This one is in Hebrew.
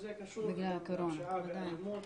וזה קשור לפשיעה ולאלימות.